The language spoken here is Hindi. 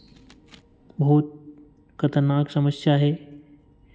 बहुत खतरनाक समस्या है